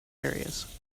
areas